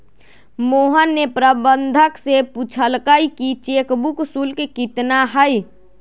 मोहन ने प्रबंधक से पूछल कई कि चेक बुक शुल्क कितना हई?